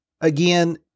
Again